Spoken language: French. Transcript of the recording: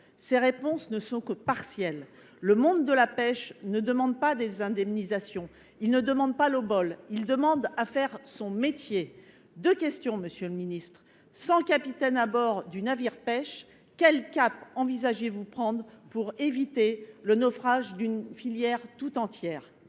de réponses partielles. Le monde de la pêche ne demande pas des indemnisations, il ne demande pas l’aumône : il demande à faire son métier. Je vous poserai deux questions, monsieur le ministre. Sans capitaine à bord du navire pêche, quel cap envisagez vous de prendre pour éviter le naufrage d’une filière tout entière ?